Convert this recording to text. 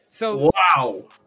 Wow